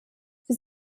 sie